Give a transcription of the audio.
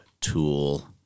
Tool